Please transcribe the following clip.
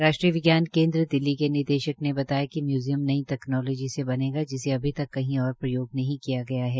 राष्ट्रीय विज्ञान केन्द् दिल्ली के निदेशक ने बताया कि म्यूजियम नई तकनोलजी से बनेगा जिसे अभी तक कही और प्रयोग नहीं किया है